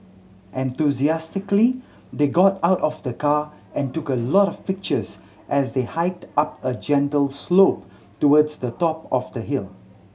enthusiastically they got out of the car and took a lot of pictures as they hiked up a gentle slope towards the top of the hill